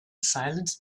silent